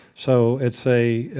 so it's a